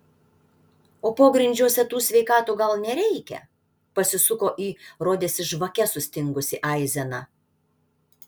o pogrindžiuose tų sveikatų gal nereikia pasisuko į rodėsi žvake sustingusį aizeną